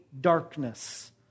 darkness